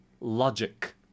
logic